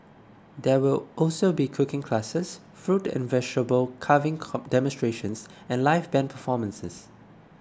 there will also be cooking classes fruit and vegetable carving demonstrations and live band performances